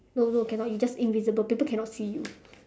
no no cannot you just invisible people cannot see you